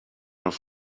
auf